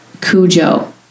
Cujo